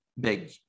big